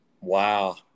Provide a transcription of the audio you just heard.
Wow